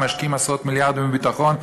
משקיעים עשרות מיליארדים בביטחון,